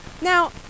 Now